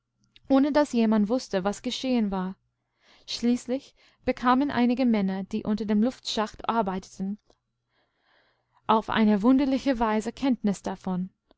ohne daß jemand wußte was geschehen war schließlich bekamen einige männer die unter dem luftschacht arbeiteten auf eine wunderliche weise kenntnisdavon